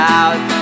out